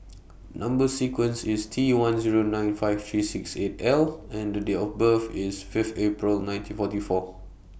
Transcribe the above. Number sequence IS T one Zero nine five three six eight L and Date of birth IS five April nineteen forty four